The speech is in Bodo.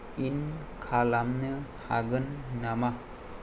इन खालामनो हागोन नामा